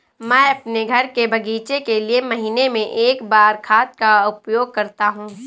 मैं अपने घर के बगीचे के लिए महीने में एक बार खाद का उपयोग करता हूँ